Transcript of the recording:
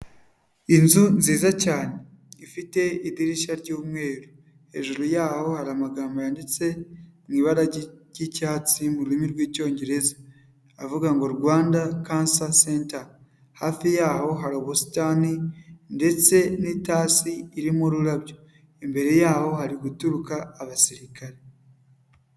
Inzu nziza cyane ifite idirishya ry'umweru, hejuru yaho hari amagambo yanditse mu ibara ry'icyatsi mu rurimi rw'Icyongereza, avuga ngo Rwanda kansa senta, hafi y'aho hari ubusitani ndetse n'itasi irimo ururabyo, imbere yaho hari guturuka abasirikare.